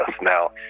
Now